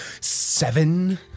seven